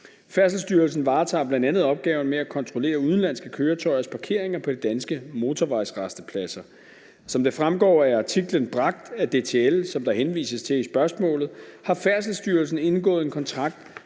Færdselsstyrelsen varetager bl.a. opgaven med at kontrollere udenlandske køretøjers parkeringer på de danske motorvejsrastepladser. Som det fremgår af artikler bragt af DTL, som der henvises til i spørgsmålet, har Færdselsstyrelsen indgået en kontrakt